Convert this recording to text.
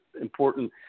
important